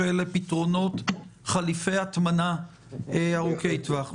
שזה פתרונות חליפי הטמנה ארוכי טווח.